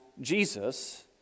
Jesus